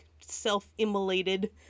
self-immolated